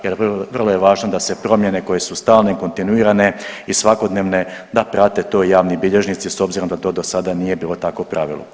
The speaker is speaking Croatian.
Jer vrlo je važno da se promjene koje su stalne, kontinuirane i svakodnevno, da prate to javni bilježnici s obzirom da do sad to nije bilo takvo pravilo.